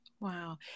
Wow